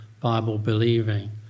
Bible-believing